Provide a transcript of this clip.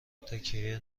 تکیه